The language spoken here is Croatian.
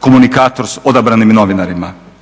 komunikator s odabranim novinarima.